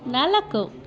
ನಾಲ್ಕು